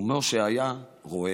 ומשה היה רועה".